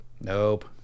Nope